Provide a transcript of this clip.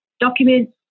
documents